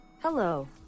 Hello